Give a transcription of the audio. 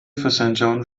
فسنجان